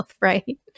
right